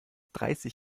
dreißig